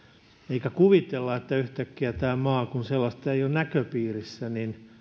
eikä kuvitella että yhtäkkiä tämä maa kun sellaista ei ole näköpiirissä